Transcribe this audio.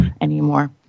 anymore